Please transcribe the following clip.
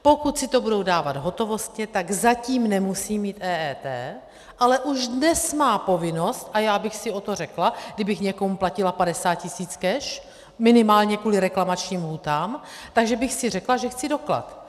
Pokud si to budou dávat hotovostně, tak zatím nemusí mít EET, ale už dnes má povinnost a já bych si o to řekla, kdybych někomu platila 50 tisíc cash, minimálně kvůli reklamačním lhůtám, takže bych si řekla, že chci doklad.